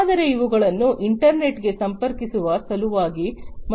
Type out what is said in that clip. ಆದರೆ ಅವುಗಳನ್ನು ಇಂಟರ್ನೆಟ್ಗೆ ಸಂಪರ್ಕಿಸುವ ಸಲುವಾಗಿ